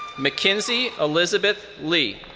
mckenzie elizabeth lee.